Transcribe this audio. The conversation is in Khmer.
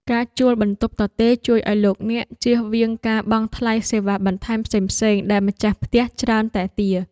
ការជួលបន្ទប់ទទេរជួយឱ្យលោកអ្នកជៀសវាងការបង់ថ្លៃសេវាបន្ថែមផ្សេងៗដែលម្ចាស់ផ្ទះច្រើនតែទារ។